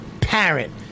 parent